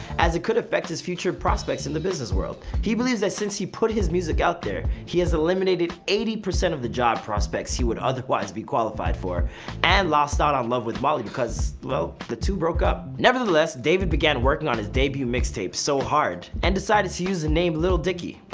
as it could effect his future prospects in the business world. he believes that since he put his music out there, he has eliminated eighty percent of the job prospects he would otherwise be qualified for and lost out on love with molly because the two broke up. nevertheless, david began working on his debut mix tape, so hard, and decided to use the name lil dicky.